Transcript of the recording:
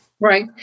Right